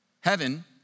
Heaven